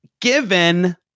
given